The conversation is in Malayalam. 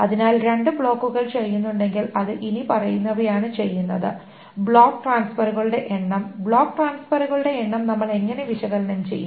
അതിനാൽ രണ്ട് ബ്ലോക്കുകൾ ചെയ്യുന്നുണ്ടെങ്കിൽ അത് ഇനിപ്പറയുന്നവയാണ് ചെയ്യുന്നത് ബ്ലോക്ക് ട്രാൻസ്ഫെറുകളുടെ എണ്ണം ബ്ലോക്ക് ട്രാൻസ്ഫെറുകളുടെ എണ്ണം നമ്മൾ എങ്ങനെ വിശകലനം ചെയ്യും